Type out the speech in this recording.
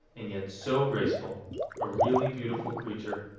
and yet so graceful a really beautiful creature.